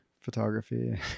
photography